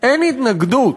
אין התנגדות,